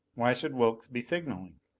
why should wilks be signaling?